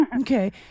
okay